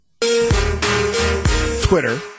Twitter